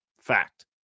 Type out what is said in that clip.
Fact